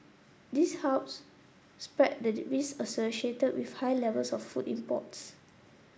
this helps spread that the risk associated with high levels of food imports